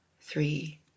three